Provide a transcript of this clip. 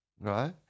right